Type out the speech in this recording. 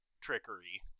trickery